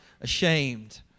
ashamed